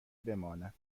بماند